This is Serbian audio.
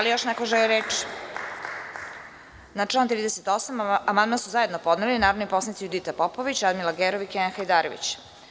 Da li još neko želi reč? (Ne) Na član 38. amandman su zajedno podneli narodni poslanici Judita Popović, Radmila Gerov i Kenan Hajdarević.